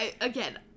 again